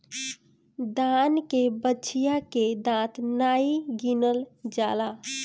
दान के बछिया के दांत नाइ गिनल जाला